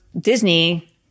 Disney